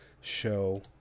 show